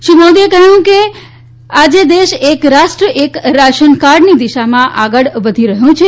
શ્રી મોદીએ કહ્યું કે આજે દેશ એક રાષ્ટ્ર એક રાશન કાર્ડની દિશામાં આગાળ વધી રહ્યા છે